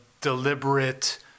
deliberate